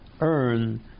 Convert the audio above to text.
earn